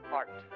art